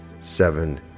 seven